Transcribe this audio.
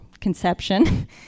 conception